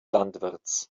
landwirts